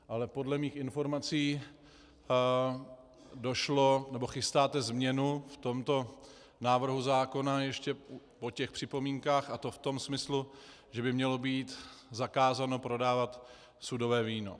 Ale podle mých informací chystáte změnu v tomto návrhu zákona ještě po těch připomínkách, a to v tom smyslu, že by mělo být zakázáno prodávat sudové víno.